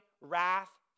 wrath